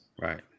Right